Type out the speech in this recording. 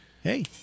hey